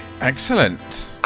Excellent